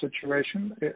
situation